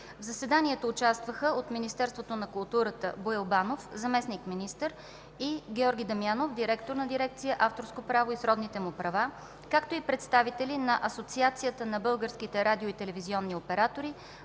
В заседанието участваха от Министерството на културата: Боил Банов – заместник-министър, и Георги Дамянов – директор на дирекция „Авторско право и сродните му права”, както и представители на Асоциацията на българските радио- и телевизионни оператори,